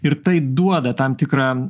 ir tai duoda tam tikrą